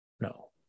No